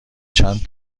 چند